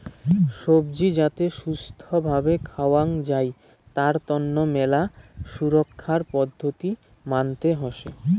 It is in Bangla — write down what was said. সবজি যাতে ছুস্থ্য ভাবে খাওয়াং যাই তার তন্ন মেলা সুরক্ষার পদ্ধতি মানতে হসে